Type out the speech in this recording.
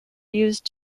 used